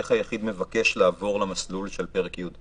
איך היחיד מבקש לעבור למסלול של פרק י'?